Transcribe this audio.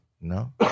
no